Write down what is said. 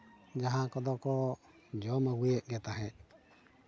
ᱡᱟᱦᱟᱸ ᱠᱚᱫᱚ ᱠᱚ ᱡᱚᱢ ᱟᱹᱜᱩᱭᱮᱫ ᱜᱮ ᱛᱟᱦᱮᱸᱫ